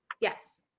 Yes